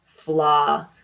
Flaw